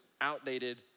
outdated